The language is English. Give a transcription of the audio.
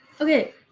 Okay